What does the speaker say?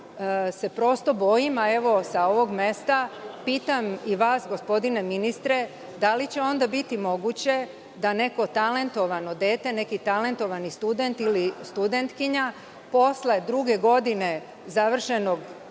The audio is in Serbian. Prosto se bojim, a sa ovog mesta pitam i vas, gospodine ministre, da li će onda biti moguće da neko talentovano dete, neki talentovani student ili studentkinja, posle druge godine završenog